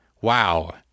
Wow